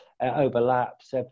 overlaps